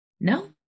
No